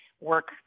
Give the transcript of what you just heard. work